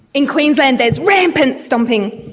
in queensland there is rampant stomping,